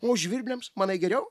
o žvirbliams manai geriau